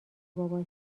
بابات